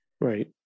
Right